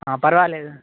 పర్వాలేదు